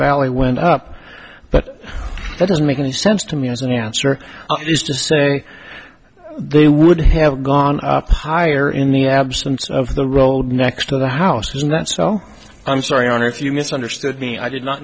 valley went up but that doesn't make any sense to me as an answer is to say they would have gone up higher in the absence of the road next to the house not so i'm sorry i wonder if you misunderstood me i did not